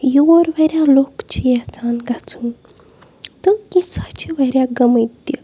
یور واریاہ لُکھ چھِ یَژھان گَژھُن تہٕ کینٛژاہ چھِ واریاہ گٔمٕتۍ تہِ